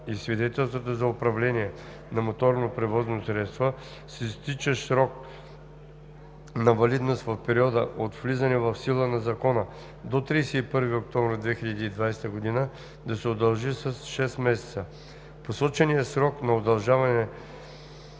и свидетелства за управление на моторно превозно средство с изтичащ срок на валидност в периода от влизане в сила на Закона до 31 октомври 2020 г. да се удължи с 6 месеца. В посочения срок на удължаване